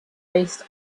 based